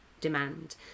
demand